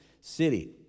city